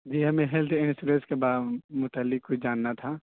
جی ہمیں health insurance کے متعلق کچھ بتانا تھا